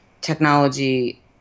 technology